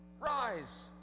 rise